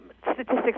statistics